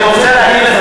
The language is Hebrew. אני רוצה להגיד לך,